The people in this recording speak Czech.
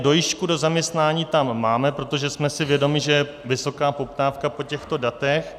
Dojížďku do zaměstnání tam máme, protože jsme si vědomi, že je vysoká poptávka po těchto datech.